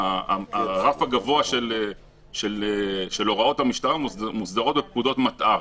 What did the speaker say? הרף הגבוה של הוראות המשטרה מוסדר בפקודות מטא"ר.